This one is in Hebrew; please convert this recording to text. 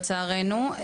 לצערנו.